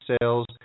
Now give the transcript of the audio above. sales